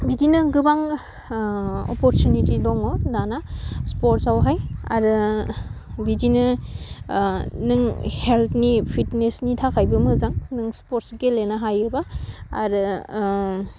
बिनिनो गोबां अपरसुनिटि दङ दाना सिपर्दस्आवहाय आरो बिदिनो नों हेल्दनि फिदनेसनि थाखाइबो मोजां नों स्पर्द गेलेनो हायोबा आरो